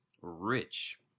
rich